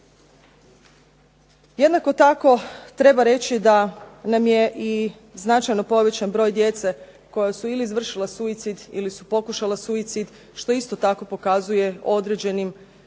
Jednako tako, treba reći da nam je i značajno povećan broj djece koja su ili izvršila suicid ili su pokušala suicid što isto tako pokazuje o određenim